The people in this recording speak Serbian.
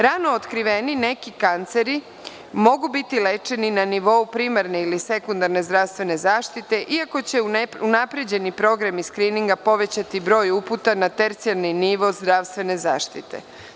Rano otkriveni, neki kanceri mogu biti lečeni na nivo u primarne ili sekundarne zdravstvene zaštite, iako će unapređeni programi skrininga povećati broj uputa na tercijalni nivo zdravstvene zaštite.